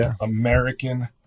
American